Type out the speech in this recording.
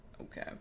Okay